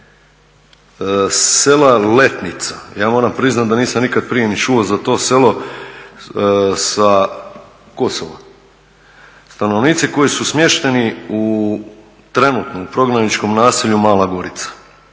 sela …, ja moram priznati da nisam nikad prije ni čuo za to selo sa Kosova. Stanovnici koji su smješteni u trenutnom prognaničkom naselju Mala Gorica.